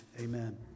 amen